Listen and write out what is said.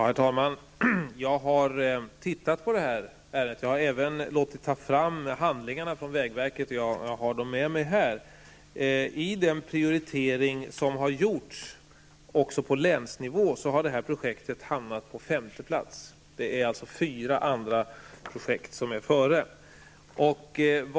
Herr talman! Jag har gått igenom detta ärende, och jag har även låtit ta fram handlingarna från vägverket. Jag har dem med mig här. I den prioritering som gjorts på länsnivå har detta projekt hamnat på femte plats. Det finns alltså fyra andra projekt som ligger före.